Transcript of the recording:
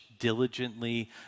diligently